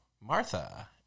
Martha